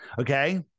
okay